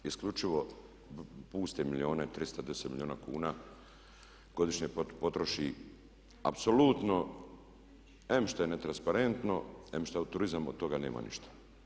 Isključivo puste milijune, 310 milijuna kuna godišnje potroši apsolutno em što je ne transparentno, em što turizam od toga nema ništa.